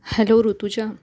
hello Rutuja